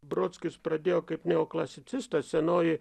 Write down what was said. brodskis pradėjo kaip neoklasicistas senoji